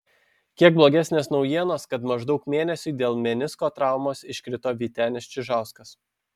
kiek blogesnės naujienos kad maždaug mėnesiui dėl menisko traumos iškrito vytenis čižauskas